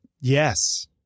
Yes